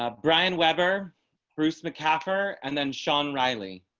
um brian weber bruce macarthur and then sean riley.